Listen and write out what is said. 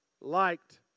liked